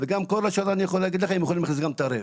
גם כל השנה הם יכולים להכניס טרף.